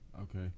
Okay